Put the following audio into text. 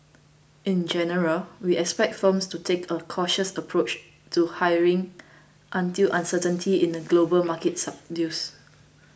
in general we expect firms to take a cautious approach to hiring until uncertainty in the global market subsides